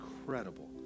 incredible